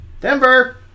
Denver